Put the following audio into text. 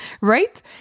Right